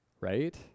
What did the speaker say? right